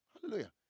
Hallelujah